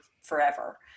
forever